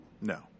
No